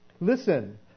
Listen